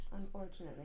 Unfortunately